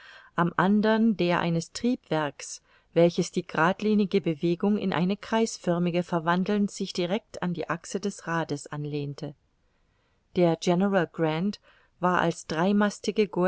am andern der eines triebwerks welches die gradlinige bewegung in eine kreisförmige verwandelnd sich direct an die achse des rades anlehnte der general grant war als dreimastige